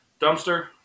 dumpster